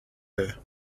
her